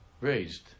raised